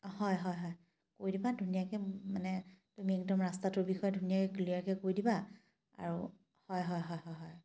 হয় হয় হয় কৈ দিবা ধুনীয়াকৈ মানে তুমি একদম ৰাস্তাটোৰ বিষয়ে ধুনীয়াকৈ ক্লিয়াৰকৈ দিবা আৰু হয় হয় হয়